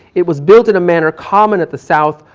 it was built in a manner common at the south.